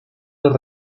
los